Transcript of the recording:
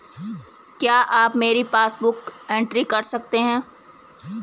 क्या आप मेरी पासबुक बुक एंट्री कर सकते हैं?